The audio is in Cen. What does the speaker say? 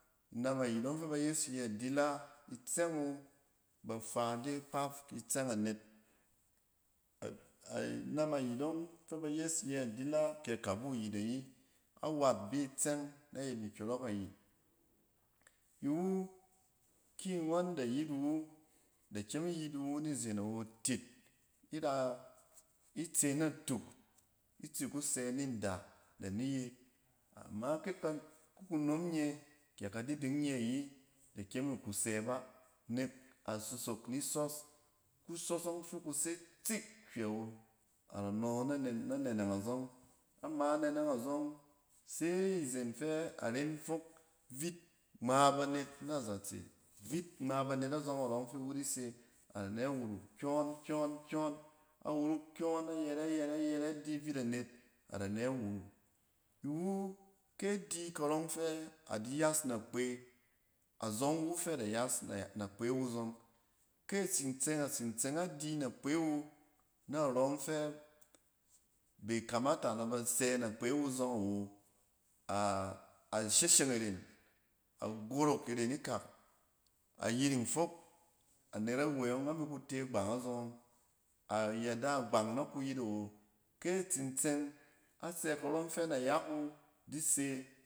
Inam ayit ɔng fa ba yes yɛ dila, itsɛng wu ba faa ide kpat ki tsɛng anet inam ayit ɔng fɛ ba yɛs yɛ dila kɛ akabu ayit ayi, awat bi tsɛng ayɛt nkyɔrɔk ayit. Iwu, ki ngɔnda yit iwu, da kyem iyitiwu nizan awo, tit ira-itse natuk itsi kusɛ ninda da ni yit. Ama ki ka-kanom nye kɛ kadiding nye ayi da kyem ikusɛ ba nek a sosok nisɔs. Kusɔs ing fi kuse tsik hywɛ wo. A da nɔ na-na nɛnɛng a zɔng. Ama anɛnɛg azɔng, se izen fɛ aren fok vit ngma banet na zatse, bit ngma banet azɔng arɔng giwu di se, ada nɛ wuruk kyɔn-kyɔn-kyɔn. A wuruk kyɔn, ayɛrɛ, ayɛrɛ, ayɛre, adi bit anet, ada nɛ wuruk. Iwu kɛ di karɔng fɛ adi yas nakpe, azɔng wu fɛ ada yas nay-nakpe wu zɔng. Kɛ atsin tseng, a tsin tseng adi nakpe we narɔng fɛ bai kamata na ba sɛ nakpe wu zɔng awo, a-a shishing iren. A gorok iren ikak, a yiring fok anet awe ɔng ani ku te gbang azɔng ɔng. A yada agbang na kuyit awo. Kɛ a tsin tsɔng, a sɛ karɔ. fɛ nayak wu di se